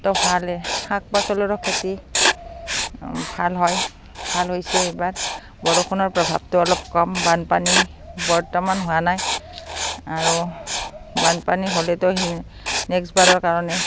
তো ভালে শাক পাচলিৰো খেতি ভাল হয় ভাল হৈছে এইবাৰ বৰষুণৰ প্ৰভাৱটো অলপ কম বানপানী বৰ্তমান হোৱা নাই আৰু বানপানী হ'লেতো স নেক্সট বাৰৰ কাৰণে